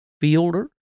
Fielder